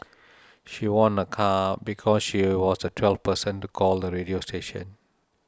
she won a car because she was the twelfth person to call the radio station